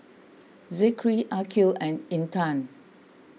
Zikri Aqil and Intan